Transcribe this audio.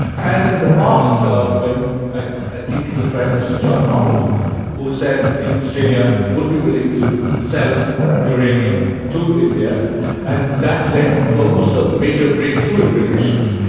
and in the past ah ah when ah i think it was prime minister john howard who said australia would be willing to sell uranium to india and that led to almost a major breakthrough in relations.